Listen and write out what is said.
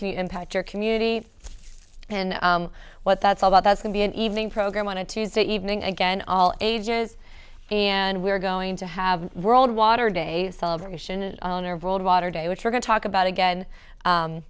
can impact your community and what that's about that can be an evening program on a tuesday evening again all ages and we're going to have world water day celebration in honor of world water day which we're going to talk about again